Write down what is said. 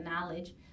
knowledge